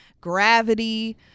Gravity